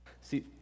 See